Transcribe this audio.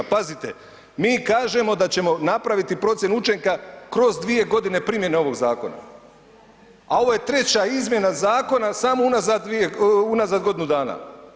Pazite, mi kažemo da ćemo napraviti procjenu učinka kroz dvije godine primjene ovog zakona, a ovo je treća izmjena zakona samo unazad za godinu dana.